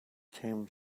tame